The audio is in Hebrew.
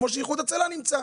כמו שאיחוד הצלה נמצא,